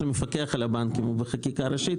למפקח על הבנקים הוא בחקיקה ראשית,